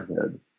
head